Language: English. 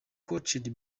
coached